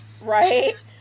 Right